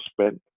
spend